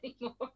anymore